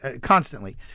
constantly